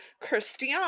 Christian